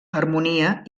harmonia